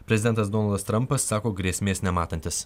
prezidentas donaldas trampas sako grėsmės nematantis